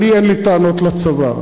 אין לי טענות לצבא,